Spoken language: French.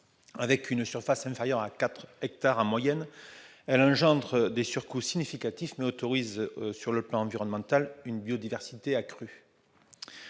: d'une surface inférieure à 4 hectares en moyenne, elle engendre des surcoûts significatifs, mais autorise, sur le plan environnemental, une biodiversité accrue.